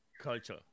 culture